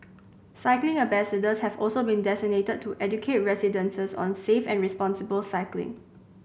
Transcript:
cycling ambassadors have also been designated to educate residents on safe and responsible cycling